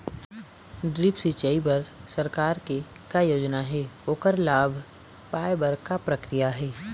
Drip सिचाई बर सरकार के का योजना हे ओकर लाभ पाय बर का प्रक्रिया हे?